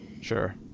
Sure